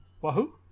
Wahoo